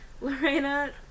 Lorena